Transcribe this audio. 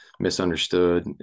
misunderstood